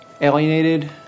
alienated